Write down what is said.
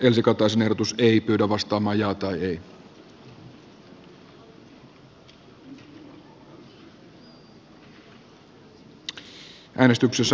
elsi katainen on timo v